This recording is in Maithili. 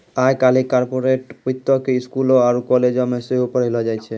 आइ काल्हि कार्पोरेट वित्तो के स्कूलो आरु कालेजो मे सेहो पढ़ैलो जाय छै